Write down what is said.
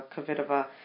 Kovitova